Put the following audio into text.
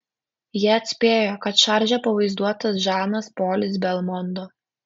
jie atspėjo kad šarže pavaizduotas žanas polis belmondo